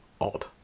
odd